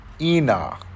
Enoch